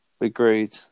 Agreed